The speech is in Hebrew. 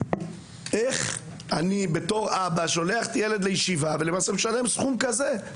איך אני כאבא שולח לישיבה וצריך לשלם סכום כזה?